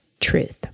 truth